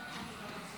נתוני תקשורת)